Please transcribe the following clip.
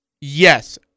Yes